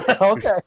Okay